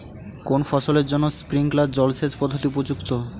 কোন ফসলের জন্য স্প্রিংকলার জলসেচ পদ্ধতি উপযুক্ত?